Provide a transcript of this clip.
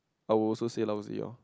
I will also say lousy orh